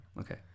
Okay